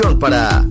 para